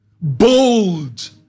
bold